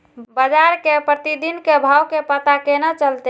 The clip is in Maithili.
बजार के प्रतिदिन के भाव के पता केना चलते?